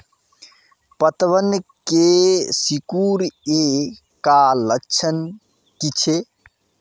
पतबन के सिकुड़ ऐ का लक्षण कीछै?